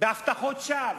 בהבטחות שווא,